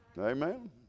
Amen